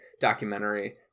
documentary